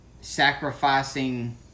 sacrificing